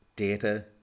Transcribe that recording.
data